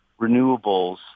renewables